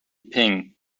ping